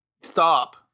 Stop